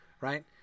right